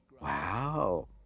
wow